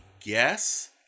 guess